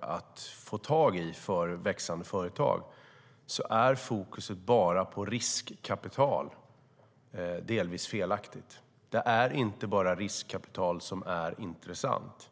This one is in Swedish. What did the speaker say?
att få tag i kapital för växande företag, är fokuset bara på riskkapital delvis felaktigt. Det är inte bara riskkapital som är intressant.